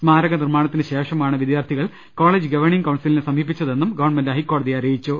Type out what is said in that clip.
സ്മാരക നിർമ്മാണത്തിന് ശേഷമാണ് വിദ്യാർത്ഥികൾ കോളജ് ഗവേണിംഗ് കൌൺസിലിനെ സമീപിച്ചതെന്നും ഗവൺമെന്റ് ഹൈക്കോടതിയെ അറിയിച്ചു